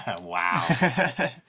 Wow